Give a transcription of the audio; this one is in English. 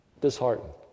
disheartened